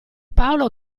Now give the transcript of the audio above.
paolo